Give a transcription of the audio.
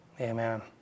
Amen